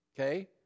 Okay